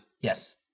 Yes